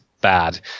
bad